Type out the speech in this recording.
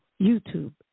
YouTube